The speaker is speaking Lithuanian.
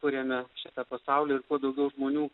kuriame šitą pasaulį ir kuo daugiau žmonių